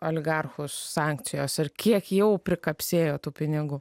oligarchus sankcijos ir kiek jau prikapsėjo tų pinigų